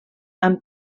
amb